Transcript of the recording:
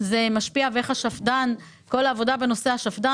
זה משפיע ואיך כל העבודה בנושא השפד"ן.